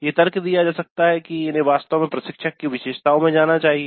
ये तर्क दिया जा सकता है कि इन्हें वास्तव में प्रशिक्षक की विशेषताओं में जाना चाहिए